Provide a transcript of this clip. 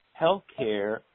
healthcare